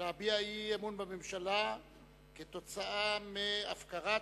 להביע אי-אמון בממשלה כתוצאה מהפקרת